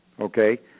okay